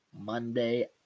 Monday